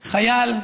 חייל,